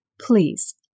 please